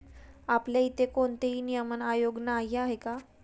आपल्या इथे कोणतेही नियमन आयोग नाही आहे का?